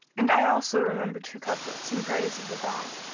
and i also remember two couplets in praise of the bath.